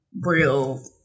real